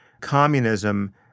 communism